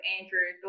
Andrew